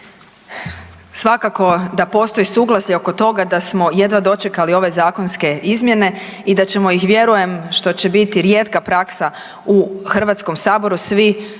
Svakako da postoji suglasje oko toga da smo jedva dočekali ove zakonske izmjene i da ćemo iz vjerujem, što će biti rijetka praksa u HS-u svi s oduševljenjem